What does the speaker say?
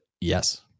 yes